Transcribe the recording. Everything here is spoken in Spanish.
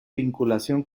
vinculación